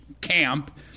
camp